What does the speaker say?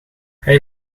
hij